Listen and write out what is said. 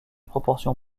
proportion